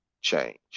change